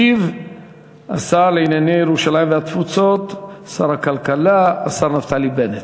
ישיב השר לענייני ירושלים והתפוצות ושר הכלכלה נפתלי בנט.